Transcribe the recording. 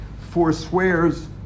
forswears